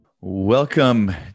Welcome